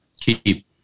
Keep